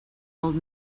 old